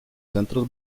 centros